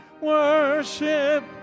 worship